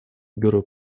бюро